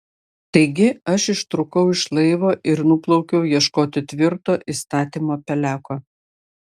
taigi aš ištrūkau iš laivo ir nuplaukiau ieškoti tvirto įstatymo peleko